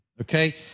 okay